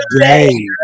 day